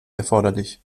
erforderlich